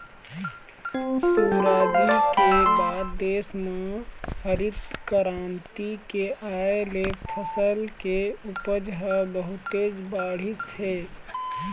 सुराजी के बाद देश म हरित करांति के आए ले फसल के उपज ह बहुतेच बाढ़िस हे